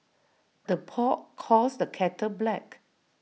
the pot calls the kettle black